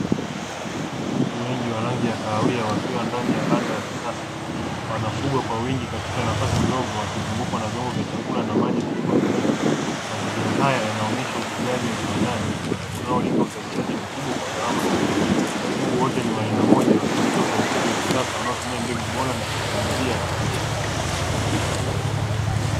Kuku wengi wa rangi ya kahawia wakiwa ndani ya banda la kisasa, wanafugwa kwa wingi katika nafasi ndogo wakizungukwa na vyombo vya chakula na maji vilivyotundikwa, mazingira haya yanaonyesha ufugaji wa viwandani unaolenga uzalishaji mkubwa kwa gharama nafuu, kuku wote ni wa aina moja wakionyesha uzalishaji wa kisasa wanaotumia mbegu bora teknolojia ya kulisha.